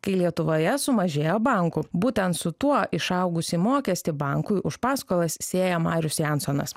kai lietuvoje sumažėjo bankų būtent su tuo išaugusį mokestį bankui už paskolas sieja marius jansonas